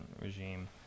regime